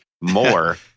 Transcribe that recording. more